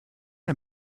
ein